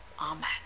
Amen